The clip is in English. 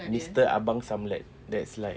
mister abang samled that's like